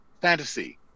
fantasy